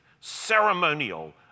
ceremonial